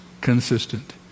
consistent